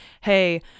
hey